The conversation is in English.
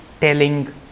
telling